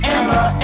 Emma